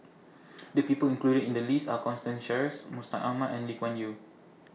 The People included in The list Are Constance Sheares Mustaq Ahmad and Lee Kuan Yew